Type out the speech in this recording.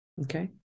Okay